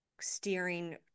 steering